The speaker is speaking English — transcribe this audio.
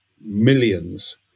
millions